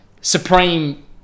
Supreme